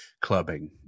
clubbing